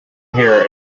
here